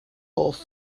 hoff